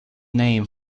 name